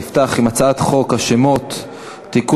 נפתח עם הצעת חוק השמות (תיקון,